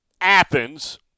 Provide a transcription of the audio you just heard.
Athens